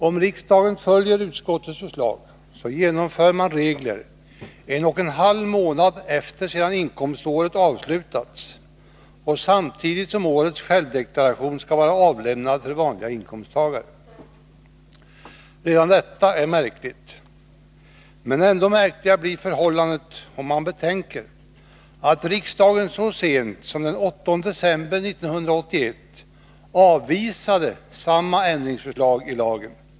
Om riksdagen följer utskottets förslag, genomför man regler en och en halv månad efter det att inkomståret avslutats och samtidigt som årets självdeklaration skall vara avlämnad för vanliga inkomsttagare. Redan detta är märkligt, men ändå märkligare blir förhållandet, om man betänker att riksdagen så sent som den 8 december 1981 avvisade samma förslag till ändring i lagen.